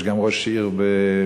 יש גם ראש עיר בבית-שמש.